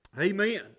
Amen